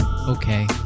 Okay